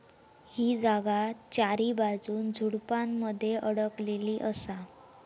ही जागा चारीबाजून झुडपानमध्ये अडकलेली असा